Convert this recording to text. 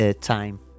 time